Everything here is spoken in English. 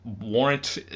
warrant